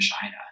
China